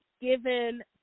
given